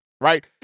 Right